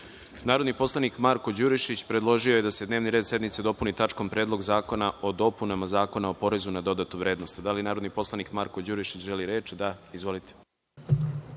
predlog. Narodni poslanik Marko Đurišić predložio je da se dnevni red sednice dopuni tačkom Predlog zakona o dopunama Zakona o porezu na dodatu vrednost. Da li narodni poslanik Marko Đurišić želi reč? (Da)Reč